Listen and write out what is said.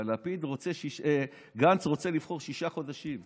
אבל גנץ רוצה לבחור שישה חודשים לפני.